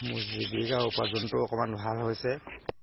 মোৰ জীৱিকা উপাৰ্জনটোও অকণমান ভাল হৈছে